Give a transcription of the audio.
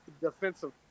defensive